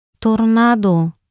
tornado